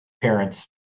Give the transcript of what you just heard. parents